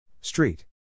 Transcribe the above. Street